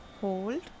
hold